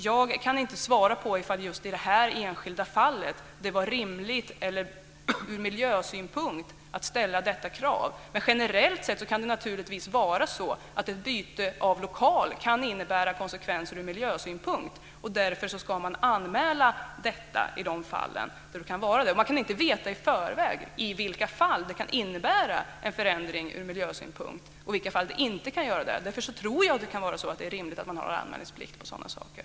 Jag kan inte svara på om det i det här enskilda fallet var rimligt ur miljösynpunkt att ställa detta krav. Men generellt kan ett byte av lokal innebära konsekvenser för miljön. Därför ska detta anmälas. Man kan inte veta i förväg i vilka fall det kan innebära en förändring ur miljösynpunkt och i vilka fall som det inte kan göra det. Därför tycker jag att det är rimligt att ha anmälningsplikt i dessa frågor.